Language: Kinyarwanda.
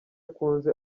akunze